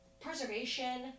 preservation